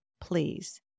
please